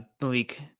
malik